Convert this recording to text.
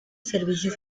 servicios